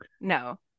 no